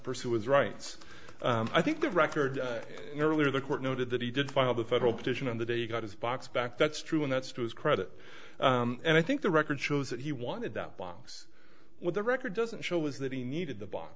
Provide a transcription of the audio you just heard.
pursue his rights i think the record earlier the court noted that he did file the federal petition on the day he got his box back that's true and that's to his credit and i think the record shows that he wanted that box with the record doesn't show was that he needed the b